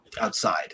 outside